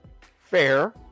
Fair